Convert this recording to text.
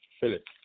Philip